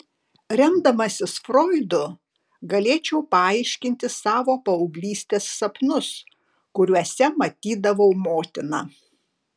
remdamasis froidu galėčiau paaiškinti savo paauglystės sapnus kuriuose matydavau motiną